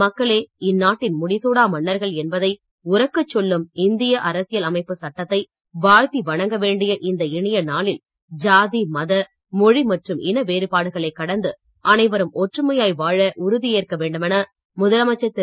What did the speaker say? மக்களே இந்நாட்டின் முடிசூடா மன்னர்கள் என்பதை உரக்கச் சொல்லும் இந்திய அரசியல் அமைப்பு சட்டத்தை வாழ்த்தி வணங்க வேண்டிய இந்த இனிய நாளில் ஜாதி மத மொழி மற்றும் இன வேறுபாடுகளைக் கடந்து அனைவரும் ஒற்றுமையாய் வாழ உறுதி ஏற்க வேண்டுமென முதலமைச்சர் திரு